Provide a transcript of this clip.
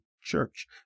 church